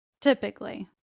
Typically